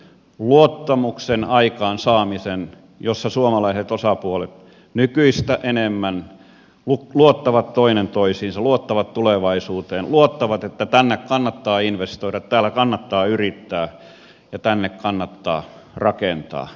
luottamuksen aikaansaaminen että suomalaiset osapuolet nykyistä enemmän luottavat toinen toisiinsa luottavat tulevaisuuteen luottavat että tänne kannattaa investoida täällä kannattaa yrittää ja tänne kannattaa rakentaa